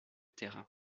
terrain